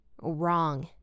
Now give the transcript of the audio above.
wrong